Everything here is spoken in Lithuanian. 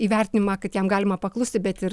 įvertinimą kad jam galima paklusti bet ir